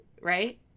right